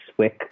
Swick